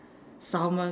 salmon